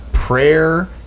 Prayer